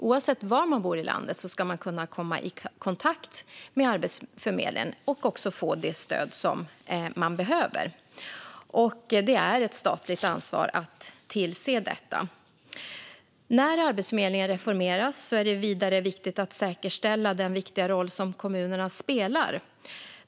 Oavsett var man bor i landet ska man kunna komma i kontakt med Arbetsförmedlingen och få det stöd som man behöver. Det är ett statligt ansvar att tillse detta. När Arbetsförmedlingen reformeras är det vidare viktigt att säkerställa den viktiga roll som kommunerna spelar.